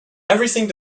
everything